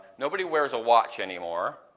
nobody wears a watch anymore,